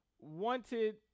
wanted